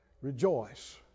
Rejoice